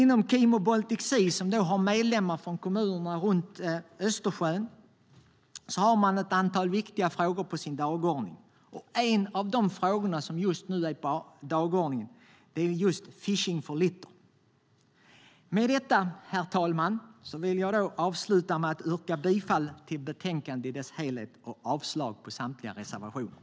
Inom Kimo Baltic Sea, som har medlemmar från kommunerna runt Östersjön, har man ett antal viktiga frågor på sin dagordning, och en av de frågor som nu är på dagordningen är just Fishing for Litter. Med detta, herr talman, vill jag avsluta med att yrka bifall till förslaget i betänkandet och avslag på samtliga reservationer.